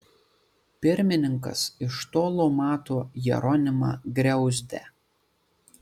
pirmininkas iš tolo mato jeronimą griauzdę